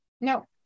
no